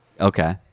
Okay